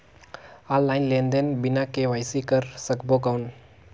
Online लेनदेन बिना KYC कर सकबो कौन??